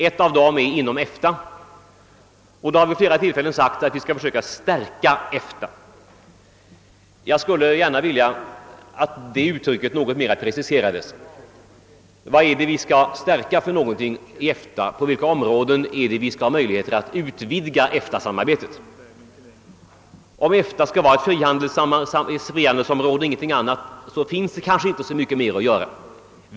Ett av dessa är EFTA, och det har vid flera tillfällen framhållits att vi skall försöka stärka denna organisation. Jag skulle gärna vilja att denna åsikt något mera preciserades. Vad är det vi skall stärka i EFTA och på vilka områden är det vi skall ha möjligheter att utvidga EFTA samarbetet? Om EFTA skall vara ett frihandelsområde och inget annat, finns det kanske inte så mycket mer att göra.